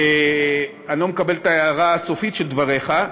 אני לא מקבל את ההערה הסופית שבדבריך.